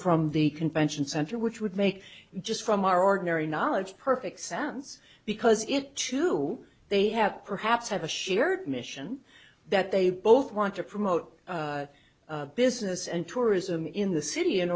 from the convention center which would make just from our ordinary knowledge perfect sense because it to they have perhaps have a shared mission that they both want to promote business and tourism in the city in